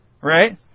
right